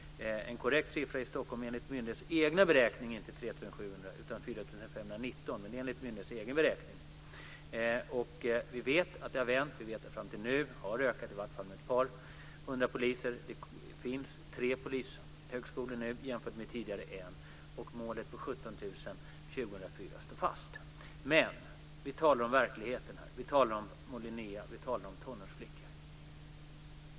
En korrekt siffra i Stockholm enligt myndighetens egna beräkningar är 4 519 och inte 3 700. Vi vet att det har vänt och att antalet poliser har ökat fram till nu med ett par hundra poliser. Det finns tre polishögskolor nu jämfört med en tidigare. Målet 17 000 poliser år 2004 står fast. Här talar vi om verkligheten, om farmor Linnéa och tonårsflickor.